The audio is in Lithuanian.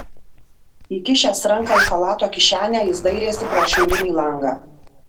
įkišęs ranką į chalato kišenę jis dairėsi pro šiaurinį langą